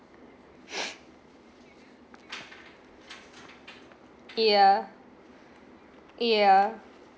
yeah yeah